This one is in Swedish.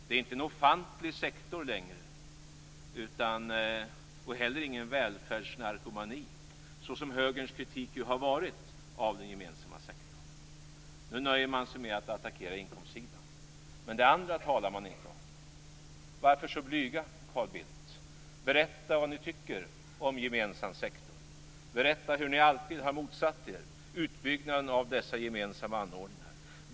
Det är inte en ofantlig sektor längre, och heller ingen välfärdsnarkomani, vilket ju har varit högerns kritik av den gemensamma sektorn. Varför så blyga, Carl Bildt? Berätta vad ni tycker om gemensam sektor! Berätta hur ni alltid har motsatt er utbyggnaden av dessa gemensamma anordningar!